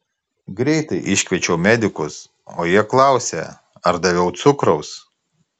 greitai iškviečiau medikus o jie klausia ar daviau cukraus